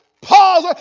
Pause